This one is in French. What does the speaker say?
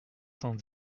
cent